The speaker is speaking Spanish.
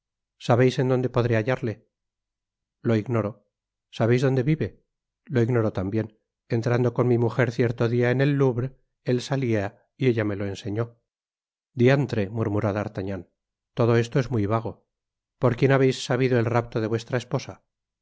sabeis en donde podré hallarle lo ignoro sabeis donde vive lo ignoro tambien entrando con mi mujer cierto dia en el louvre él salia y ella me lo ensefíó diantre murmuró d'artagnan todo esto es muy vago por quién habeis sabido el rapto de vuestra esposa